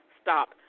stop